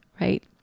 right